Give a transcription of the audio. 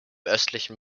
östlichen